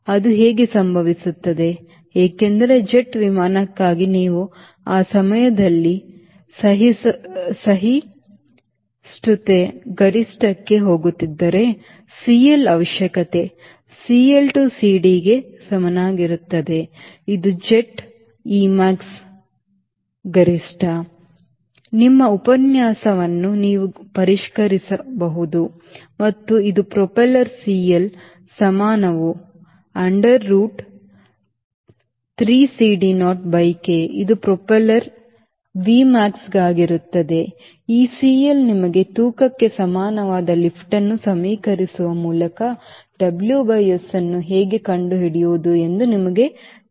ಅದು ಹೇಗೆ ಸಂಭವಿಸುತ್ತದೆ ಏಕೆಂದರೆ ಜೆಟ್ ವಿಮಾನಕ್ಕಾಗಿ ನೀವು ಆ ಸಮಯದಲ್ಲಿ ಸಹಿಷ್ಣುತೆ ಗರಿಷ್ಠಕ್ಕೆ ಹೋಗುತ್ತಿದ್ದರೆ CL ಅವಶ್ಯಕತೆ CL TO CDಗೆ ಸಮನಾಗಿರುತ್ತದೆ ಇದು ಜೆಟ್ Eಮ್ಯಾಕ್ಸ್ ಸಹಿಷ್ಣುತೆ ಗರಿಷ್ಠ ನಿಮ್ಮ ಉಪನ್ಯಾಸವನ್ನು ನೀವು ಪರಿಷ್ಕರಿಸಬಹುದು ಮತ್ತು ಇದು ಪ್ರೊಪೆಲ್ಲರ್ CL ಸಮಾನವು under root 3 CD naught by K ಇದು ಪ್ರೊಪೆಲ್ಲರ್ V ಮ್ಯಾಕ್ಸ್ಗಾಗಿರುತ್ತದೆ ಈ CL ನಿಮಗೆ ತೂಕಕ್ಕೆ ಸಮಾನವಾದ ಲಿಫ್ಟ್ ಅನ್ನು ಸಮೀಕರಿಸುವ ಮೂಲಕ WS ಅನ್ನು ಹೇಗೆ ಕಂಡುಹಿಡಿಯುವುದು ಎಂದು ನಿಮಗೆ ತಿಳಿದಿದ್ದರೆ